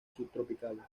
subtropicales